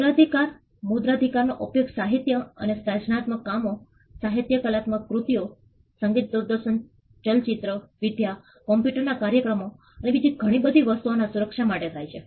મુદ્રણાધિકાર મુદ્રણાધિકાર નો ઉપયોગ સાહિત્ય અને સર્જનાત્મક કામો સાહિત્યિક કલાત્મક કૃતિઓ સંગીત દૂરદર્શન ચલચિત્ર વિદ્યા કમ્પ્યુટર ના કાર્યક્રમો અને બીજી ઘણી બધી વસ્તુઓની સુરક્ષા માટે થાય છે